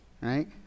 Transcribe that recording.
right